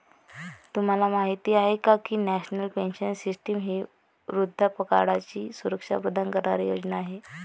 तुम्हाला माहिती आहे का की नॅशनल पेन्शन सिस्टीम ही वृद्धापकाळाची सुरक्षा प्रदान करणारी योजना आहे